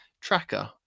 tracker